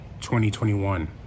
2021